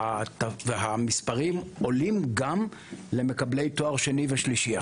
והמספרים עולים גם למקבלי תואר שני ושלישי.